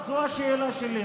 זו השאלה שלי.